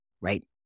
right